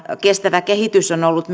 kestävä kehitys on on ollut